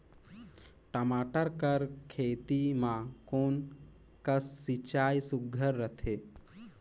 टमाटर कर खेती म कोन कस सिंचाई सुघ्घर रथे?